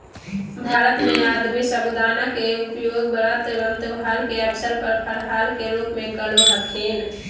भारत में आदमी साबूदाना के उपयोग व्रत एवं त्यौहार के अवसर पर फलाहार के रूप में करो हखिन